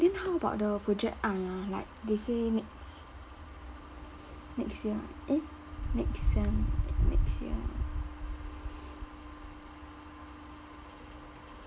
eh then how about the project uh like they say next next year ah eh next sem next year